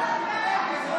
הרפורמים נגד צה"ל.